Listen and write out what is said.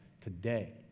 today